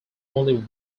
only